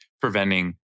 preventing